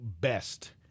best